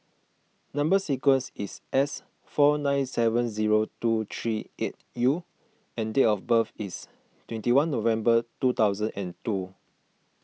Number Sequence is S four nine seven zero two three eight U and date of birth is twenty one November two thousand and two